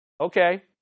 Okay